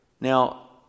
now